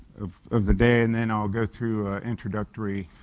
of of the day and then i'll go through introductory,